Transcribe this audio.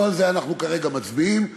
לא על כך אנחנו מצביעים כרגע,